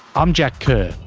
i'm jack kerr.